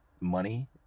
money